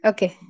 Okay